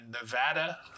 Nevada